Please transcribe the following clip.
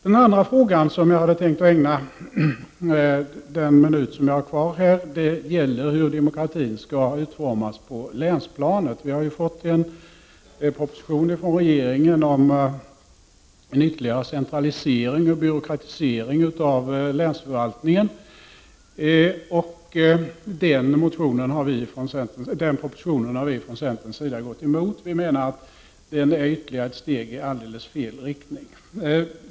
En andra fråga, som jag tänker ägna den sista minuten av min talartid, gäller hur demokratin skall utformas på länsplanet. Vi har fått en proposition från regeringen om en ytterligare centralisering och byråkratisering av länsförvaltningen, och den propositionen har vi från centerns sida gått emot. Vi menar att den är ett steg i alldeles fel riktning.